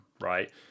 right